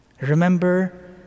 Remember